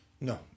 No